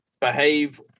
behave